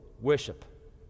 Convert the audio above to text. worship